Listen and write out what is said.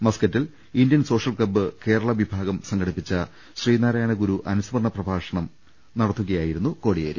മസ്ക്കറ്റിൽ Indian social club കേരളവിഭാഗം സംഘടിപ്പിച്ച ശ്രീനാരായണഗുരു അനുസ്മരണ പ്രഭാഷണം നടത്തുകയായിരുന്നു കോടിയേരി